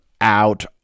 out